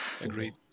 Agreed